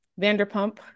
Vanderpump